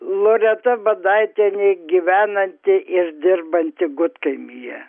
loreta badaitienė gyvenanti ir dirbanti gudkaimyje